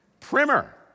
Primer